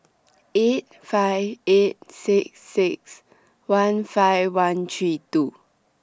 eight five eight six six one five one three two